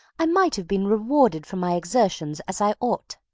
i might have been rewarded for my exertions as i ought.